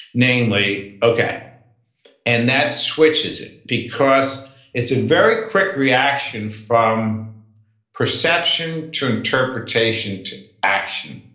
namely okay and that switches it, because it's a very quick reaction from perception to interpretation to action.